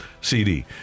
CD